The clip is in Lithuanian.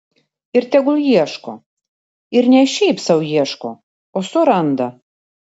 ir tegul ieško ir ne šiaip sau ieško o suranda